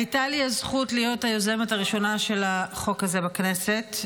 הייתה לי הזכות להיות היוזמת הראשונה של החוק הזה בכנסת.